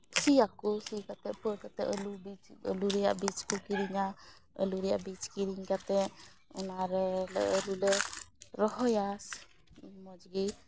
ᱥᱤᱭᱟᱠᱚ ᱥᱤ ᱠᱟᱛᱮ ᱯᱟᱹᱴ ᱠᱟᱛᱮ ᱟᱹᱞᱩ ᱵᱤᱡᱽ ᱟᱹᱞᱩ ᱨᱮᱭᱟᱜ ᱵᱤᱡᱽ ᱠᱚ ᱠᱤᱨᱤᱧᱟ ᱟᱹᱞᱩ ᱨᱮᱭᱟᱜ ᱵᱤᱡᱽ ᱠᱤᱨᱤᱧ ᱠᱟᱛᱮ ᱚᱱᱟ ᱨᱮᱞᱮ ᱟᱹᱞᱩ ᱞᱮ ᱨᱚᱦᱚᱭᱟ ᱢᱚᱡᱽ ᱜᱮ